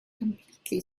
completely